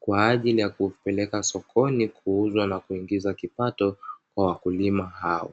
kwa ajili ya kuvipeleka sokoni kuuzwa na kuingiza kipato kwa wakulima hawa.